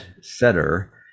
setter